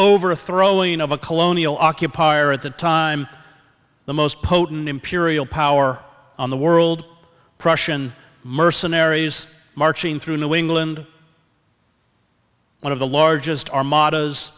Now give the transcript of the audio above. overthrowing of a colonial occupier at the time the most potent imperial power on the world prussian mercenaries marching through new england one of the largest armada